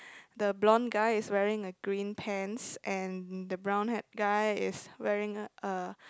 the blonde guy is wearing a green pants and the brown haired guy is wearing a